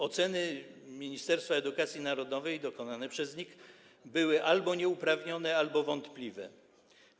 Oceny Ministerstwa Edukacji Narodowej dokonane przez NIK były albo nieuprawnione, albo wątpliwe.